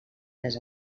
les